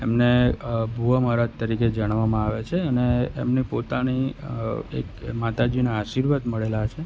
એમને ભૂવા મહારાજ તરીકે જાણવામાં આવે છે અને એમની પોતાની એક એ માતાજીના આશીર્વાદ મળેલા છે